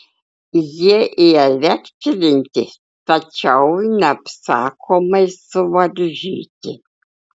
jie įelektrinti tačiau neapsakomai suvaržyti